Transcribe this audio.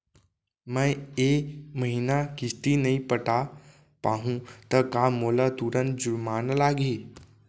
मैं ए महीना किस्ती नई पटा पाहू त का मोला तुरंत जुर्माना लागही?